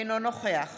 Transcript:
אינו נוכח